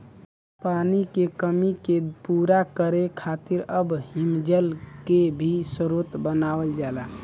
पानी के कमी के पूरा करे खातिर अब हिमजल के भी स्रोत बनावल जाला